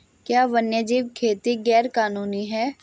क्या वन्यजीव खेती गैर कानूनी है?